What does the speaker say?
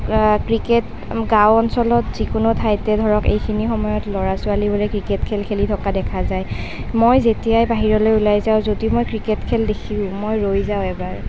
cricket গাওঁ অঞ্চলত যিকোনো ঠাইতে ধৰক এইখিনি সময়ত ল'ৰা ছোৱালীবোৰে ক্ৰিকেট খেল খেলি থকা দেখা যায় মই যেতিয়াই বাহিৰলৈ ওলাই যাওঁ যদি মই ক্ৰিকেট খেল দেখিলোঁ মই ৰৈ যাওঁ এবাৰ